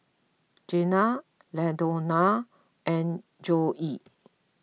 Janay Ladonna and Joye